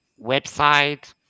website